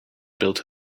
built